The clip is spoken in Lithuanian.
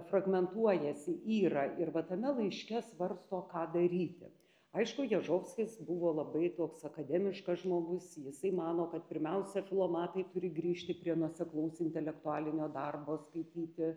fragmentuojasi yra ir va tame laiške svarsto ką daryti aišku jažovskis buvo labai toks akademiškas žmogus jisai mano kad pirmiausia filomatai turi grįžti prie nuoseklaus intelektualinio darbo skaityti